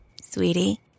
Sweetie